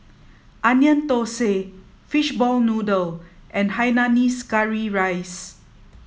Onion Thosai Fishball Noodle and Hainanese Curry Rice